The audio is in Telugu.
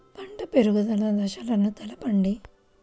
పంట పెరుగుదల దశలను తెలపండి?